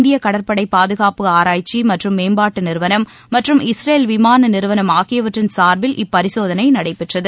இந்திய கடற்படை பாதுகாப்பு ஆராய்ச்சி மற்றும் மேம்பாட்டு நிறுவனம் மற்றும் இஸ்ரேல் விமான நிறுவனம் ஆகியவற்றின் சார்பில் இப்பரிசோதனை நடைபெற்றது